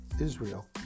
Israel